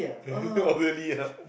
oh really ah